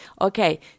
okay